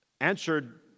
answered